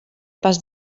pas